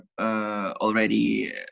already